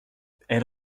elle